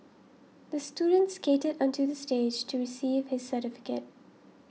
the student skated onto the stage to receive his certificate